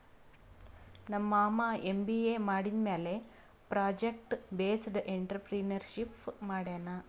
ನಮ್ ಮಾಮಾ ಎಮ್.ಬಿ.ಎ ಮಾಡಿದಮ್ಯಾಲ ಪ್ರೊಜೆಕ್ಟ್ ಬೇಸ್ಡ್ ಎಂಟ್ರರ್ಪ್ರಿನರ್ಶಿಪ್ ಮಾಡ್ಯಾನ್